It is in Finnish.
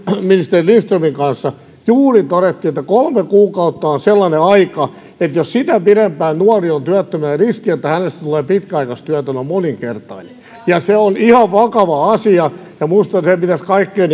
ministeri lindströmin kanssa juuri todettiin että kolme kuukautta on sellainen aika että jos sitä pidempään nuori on työttömänä riski siitä että hänestä tulee pitkäaikaistyötön on moninkertainen se on ihan vakava asia ja minusta se pitäisi kaikkien